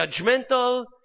judgmental